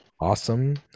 awesome